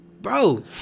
bro